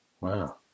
Wow